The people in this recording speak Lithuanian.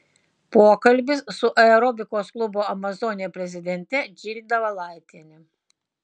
pokalbis su aerobikos klubo amazonė prezidente džilda valaitiene